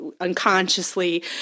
unconsciously